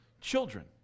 Children